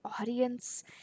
audience